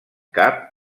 cap